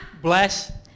bless